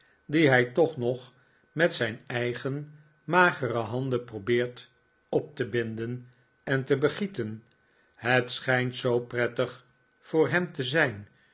die hij toch nog met zijn eigen magere handen probeert op te binden en te begieten het schijnt zoo prettig voor hem te zijn